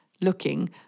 looking